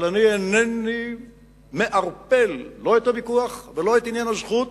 אבל אני אינני מערפל לא את הוויכוח ולא את עניין הזכות,